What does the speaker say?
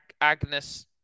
Agnes